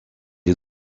est